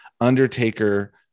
Undertaker